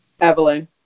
Evelyn